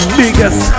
biggest